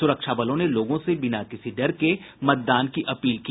सुरक्षा बलों ने लोगों से बिना किसी डर के मतदान की अपील की